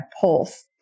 pulse